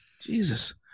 Jesus